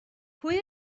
pwy